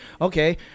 Okay